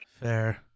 Fair